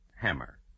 Hammer